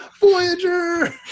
voyager